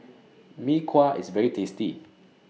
Mee Kuah IS very tasty